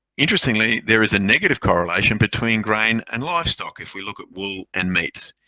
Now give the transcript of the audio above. interestingly, there is a negative correlation between grain and livestock if we look at wool and meat.